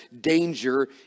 danger